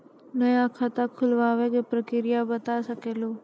नया खाता खुलवाए के प्रक्रिया बता सके लू?